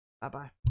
bye-bye